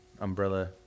umbrella